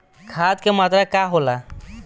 खाध के मात्रा का होखे?